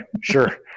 sure